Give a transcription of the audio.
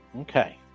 Okay